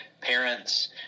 parents